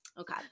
okay